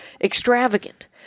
extravagant